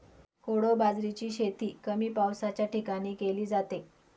कोडो बाजरीची शेती कमी पावसाच्या ठिकाणी केली जाते